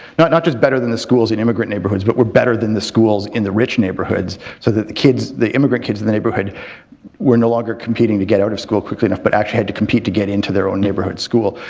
not not just better than the schools in immigrant neighbourhoods, but were better than the schools in the rich neighbourhoods, so that the kids, the immigrant kids in the neighbourhood were no longer competing to get out of school quickly enough, but actually had to compete to get into their own neighbourhood school.